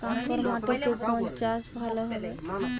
কাঁকর মাটিতে কোন চাষ ভালো হবে?